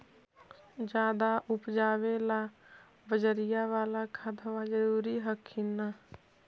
ज्यादा उपजाबे ला बजरिया बाला खदबा जरूरी हखिन न?